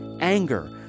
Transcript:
anger